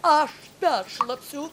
aš peršlapsiu